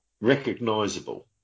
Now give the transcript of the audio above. recognisable